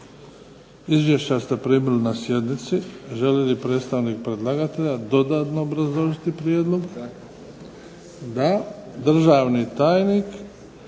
Izvješća ste primili na sjednici. Želi li predstavnik predlagatelja dodatno obrazložiti prijedlog? Da. Državni tajnik